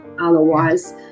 otherwise